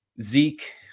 Zeke